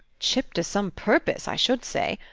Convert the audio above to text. chipped to some purpose, i should say.